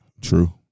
True